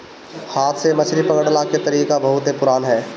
हाथ से मछरी पकड़ला के तरीका बहुते पुरान ह